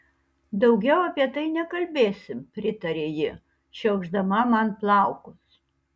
daugiau apie tai nekalbėsim pritarė ji šiaušdama man plaukus